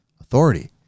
Authority